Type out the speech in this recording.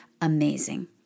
amazing